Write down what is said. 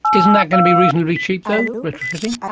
isn't that going to be reasonably cheap though, retrofitting?